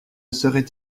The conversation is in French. serait